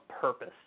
purpose